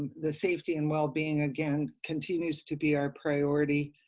the safety and well-being, again, continues to be our priority.